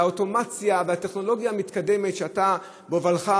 עם האוטומציה והטכנולוגיה המתקדמת שבהובלתך